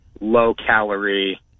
low-calorie